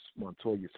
Montoya